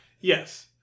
yes